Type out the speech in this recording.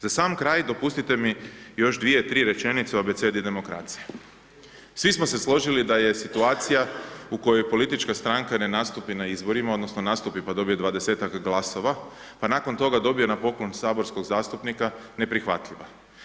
Za sam kraj, dopustite mi još 2, 3 rečenice o Abecedi demokracije, svi smo se složili da je situacije, u kojem politička stranka ne nastupi na izborima, odnosno, nastup pa dobije 20-tak glasova, pa nakon toga, dobije na poklon saborskog zastupnika, neprihvatljiva.